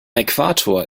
äquator